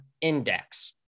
index